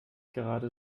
gerade